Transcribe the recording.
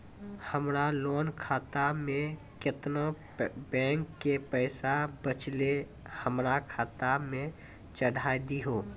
हमरा लोन खाता मे केतना बैंक के पैसा बचलै हमरा खाता मे चढ़ाय दिहो?